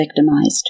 victimized